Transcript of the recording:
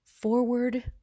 forward